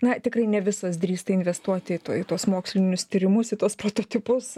na tikrai ne visos drįsta investuoti į tuos mokslinius tyrimus į tuos prototipus